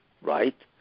right